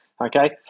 Okay